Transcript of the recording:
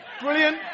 Brilliant